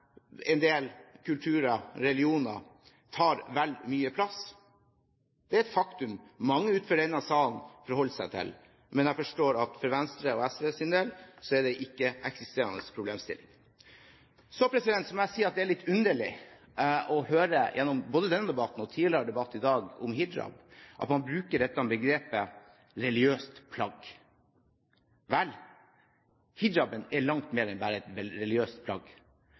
en del kulturer og religioner tar vel mye plass – er et faktum mange utenfor denne salen forholder seg til. Men jeg forstår at for Venstres og SVs del er det ikke-eksisterende problemstillinger. Så må jeg si at det er litt underlig å høre både i denne debatten og i en debatt tidligere i dag om hijab, at man bruker dette begrepet «religiøst plagg». Vel, hijaben er langt mer enn bare et religiøst plagg.